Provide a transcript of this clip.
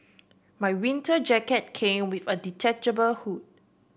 my winter jacket came with a detachable hood